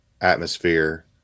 atmosphere